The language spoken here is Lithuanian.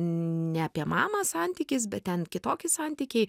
ne apie mamą santykis bet ten kitokie santykiai